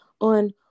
on